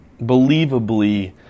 believably